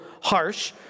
harsh